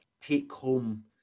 take-home